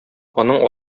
аның